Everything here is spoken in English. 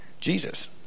Jesus